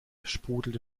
sprudelte